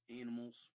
animals